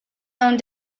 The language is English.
own